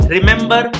Remember